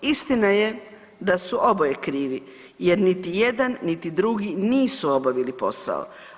Istina je da su oboje krivi jer niti jedan, niti drugi nisu obavili posao.